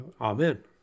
Amen